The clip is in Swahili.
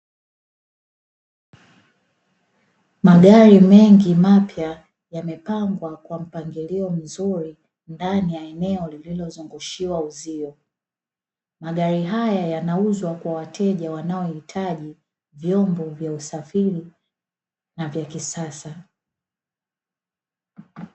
Magari mengi mapya yamepangwa kwa mpangilio mzuri ndani ya eneo lililozungushiwa uzio. Magari haya yanauzwa kwa wateja wanaohitaji vyombo vya usafiri na vya kisasa.